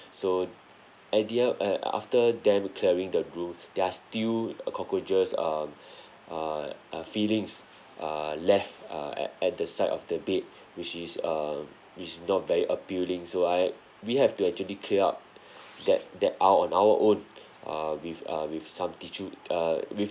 so at the end uh after them clearing the room there are still uh cockroaches um err uh fillings err left uh at at the side of the bed which is err which is not very appealing so I we have to actually clear up that that aisle on our own err with uh with some tissue err with